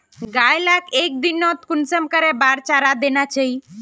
गाय लाक एक दिनोत कुंसम करे बार चारा देना चही?